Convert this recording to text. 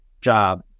job